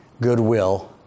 goodwill